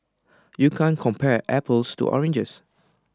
you can't compare apples to oranges